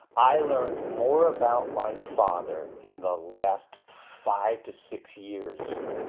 i learned more about my father in the last five to six years.